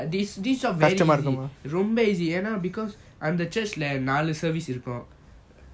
ya this job very easy cause I'm the church நாலு:naalu service இருக்கும்:irukum